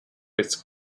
its